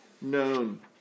known